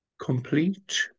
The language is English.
complete